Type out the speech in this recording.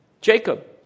Jacob